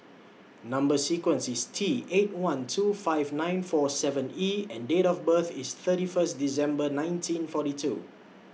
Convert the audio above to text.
Number sequence IS T eight one two five nine four seven E and Date of birth IS thirty First December nineteen forty two